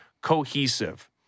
cohesive